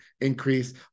increase